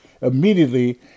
immediately